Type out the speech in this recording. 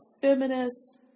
feminist